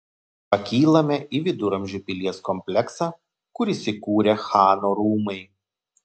pakylame į viduramžių pilies kompleksą kur įsikūrę chano rūmai